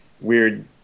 weird